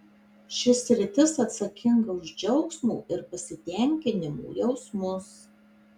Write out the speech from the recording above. ši sritis atsakinga už džiaugsmo ir pasitenkinimo jausmus